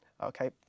Okay